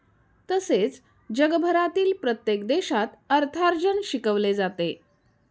तसेच जगभरातील प्रत्येक देशात अर्थार्जन शिकवले जाते